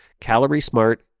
calorie-smart